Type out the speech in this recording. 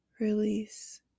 release